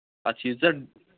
اَتھ چھِ ییٖژاہ